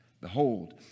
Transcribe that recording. behold